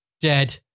dead